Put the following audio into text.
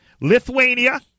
Lithuania